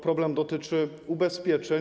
Problem dotyczy ubezpieczeń.